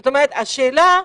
השאלה,